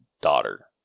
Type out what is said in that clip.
daughter